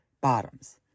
bottoms